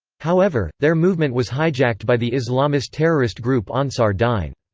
however, their movement was hijacked by the islamist terrorist group ansar dine.